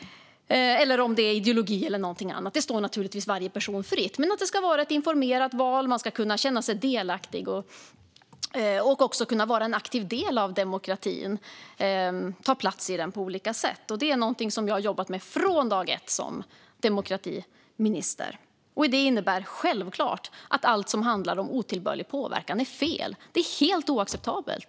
Det kan också vara ideologi eller någonting annat som avgör. Det står naturligtvis varje person fritt. Men det ska vara ett informerat val. Man ska kunna känna sig delaktig och också kunna vara en aktiv del av demokratin och ta plats i den på olika sätt. Det är någonting som jag har jobbat med från dag ett som demokratiminister. Det innebär självklart att allting som handlar om otillbörlig påverkan är fel. Det är helt oacceptabelt.